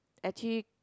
actually